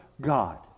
God